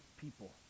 people